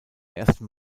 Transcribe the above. ersten